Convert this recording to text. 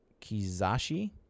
Kizashi